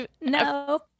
No